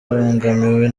abangamiwe